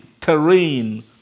terrain